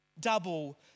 double